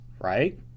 right